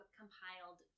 compiled